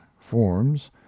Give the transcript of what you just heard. forms